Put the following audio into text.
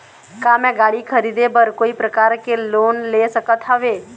का मैं गाड़ी खरीदे बर कोई प्रकार के लोन ले सकत हावे?